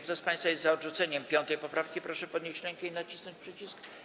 Kto z państwa jest za odrzuceniem 5. poprawki, proszę podnieść rękę i nacisnąć przycisk.